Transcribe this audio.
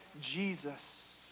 Jesus